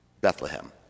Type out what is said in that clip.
Bethlehem